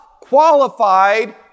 qualified